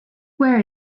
where